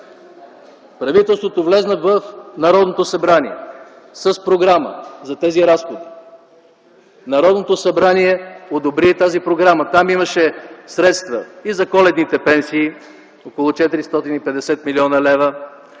правителството влезна в Народното събрание с програма за тези разходи. Народното събрание одобри тази програма. Там имаше средства и за коледните пенсии – около 450 млн. лв.,